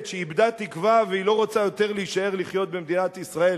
שאיבדה תקווה והיא לא רוצה יותר להישאר לחיות במדינת ישראל?